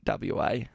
WA